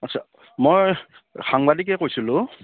আচ্ছা মই সাংবাদিকে কৈছিলোঁ